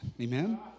Amen